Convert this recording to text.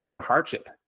hardship